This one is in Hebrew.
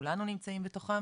כולנו נמצאים בתוכם,